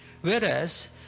Whereas